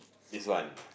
this one